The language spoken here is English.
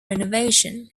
renovation